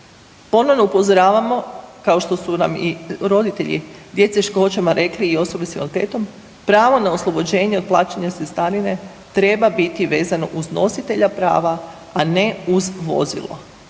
Ponovno upozoravamo kao što su nam i roditelji djece s teškoćama rekli i osobe s invaliditetom pravo na oslobođenje od plaćanja cestarine treba biti vezano uz nositelja prava, a ne uz vozilo